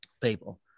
people